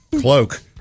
cloak